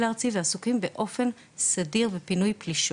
הארצי ועסוקים באופן סדיר בפינוי פלישות.